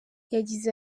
yagize